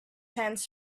tents